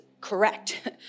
correct